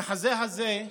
המחזה הזה,